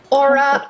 aura